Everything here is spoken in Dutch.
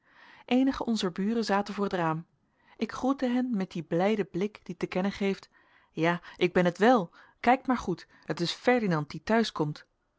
eenige onzer buren zaten voor het raam ik groette hen met dien blijden blik die te kennen geeft ja ik ben het wèl kijkt maar goed het is ferdinand die